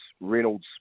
Reynolds